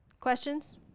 Questions